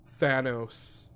thanos